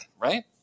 right